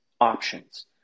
options